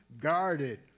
guarded